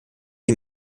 die